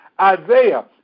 Isaiah